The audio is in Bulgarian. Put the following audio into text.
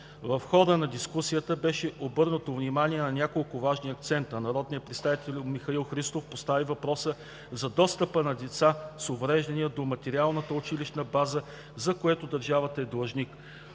В хода на дискусията беше обърнато внимание на няколко важни акцента. Народният представител Михаил Христов постави въпроса за достъпа на децата с увреждания до материалната училищна база, за което държавата е длъжник.